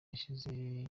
hashize